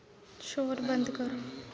शोर बंद करो